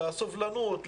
לסובלנות,